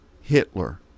Hitler